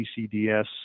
ccds